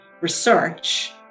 research